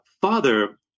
father